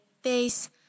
face